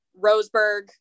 Roseburg